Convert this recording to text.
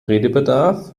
redebedarf